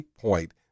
point